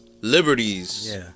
liberties